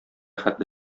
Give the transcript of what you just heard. хәтле